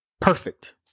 Perfect